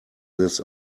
this